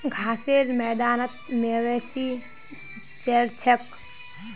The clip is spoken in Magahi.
घासेर मैदानत मवेशी चर छेक